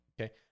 Okay